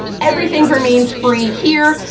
everything remains free here,